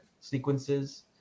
sequences